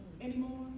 anymore